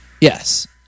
Yes